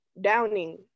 downing